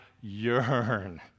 yearn